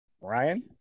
Ryan